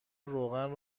روغن